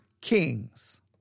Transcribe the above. kings